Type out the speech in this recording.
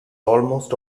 almost